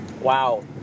Wow